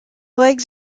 legs